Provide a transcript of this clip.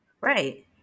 Right